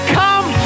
come